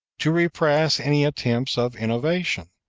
to repress any attempts of innovation,